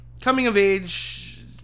coming-of-age